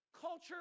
Culture